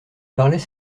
parlaient